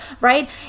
right